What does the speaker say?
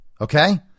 Okay